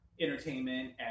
entertainment